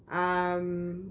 um